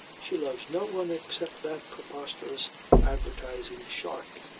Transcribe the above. she loves no one except that preposterous advertising shark,